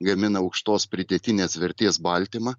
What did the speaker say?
gamina aukštos pridėtinės vertės baltymą